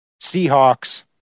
Seahawks